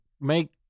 Make